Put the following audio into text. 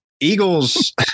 Eagles